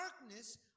darkness